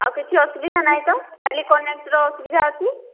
ଆଉ କିଛି ଅସୁବିଧା ନାହିଁ ତ ଖାଲି କନେକ୍ଟର ଅସୁବିଧା ଅଛି